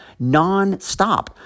nonstop